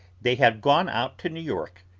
they had gone out to new york,